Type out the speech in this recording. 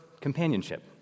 companionship